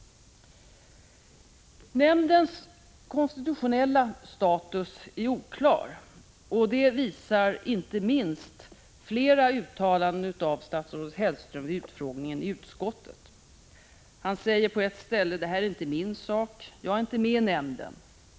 Nämndens konstitutionella status är oklar. Det visar inte minst flera uttalanden av statsrådet Hellström vid utfrågningen i utskottet. Han säger på ett ställe: ”Det är inte min sak. Jag är inte med i nämnden.